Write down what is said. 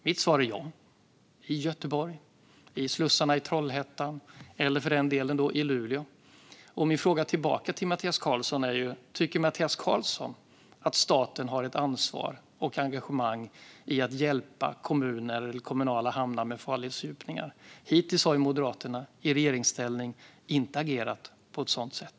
Mitt svar är ja - i Göteborg, i slussarna i Trollhättan eller för den delen i Luleå. Min fråga tillbaka till Mattias Karlsson är: Tycker Mattias Karlsson att staten har ett ansvar och ett engagemang i att hjälpa kommuner eller kommunala hamnar med farledsfördjupningar? Hittills har ju Moderaterna i regeringsställning inte agerat på ett sådant sätt.